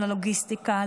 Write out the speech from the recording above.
ללוגיסטיקה,